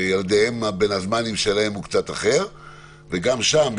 שבין הזמנים של הילדים שלהם הוא קצת אחר וגם שם,